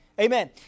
Amen